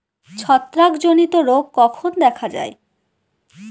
ছত্রাক জনিত রোগ কখন দেখা য়ায়?